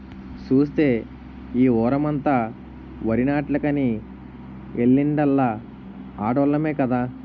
సూస్తే ఈ వోరమంతా వరినాట్లకని ఎల్లిందల్లా ఆడోల్లమే కదా